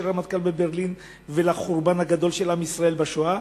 הרמטכ"ל בברלין ולחורבן הגדול של עם ישראל בשואה,